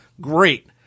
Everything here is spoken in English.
Great